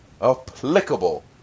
applicable